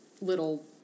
little